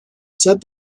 said